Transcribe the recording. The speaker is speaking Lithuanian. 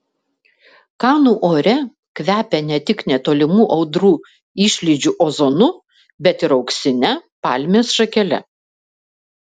kanų ore kvepia ne tik netolimų audrų išlydžių ozonu bet ir auksine palmės šakele